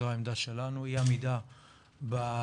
זו העמדה שלנו אי עמידה בהבטחות